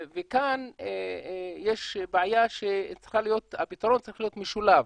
כאן יש בעיה שהפתרון צריך להיות משולב,